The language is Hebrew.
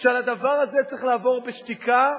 שעל הדבר הזה צריך לעבור בשתיקה,